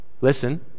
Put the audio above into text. Listen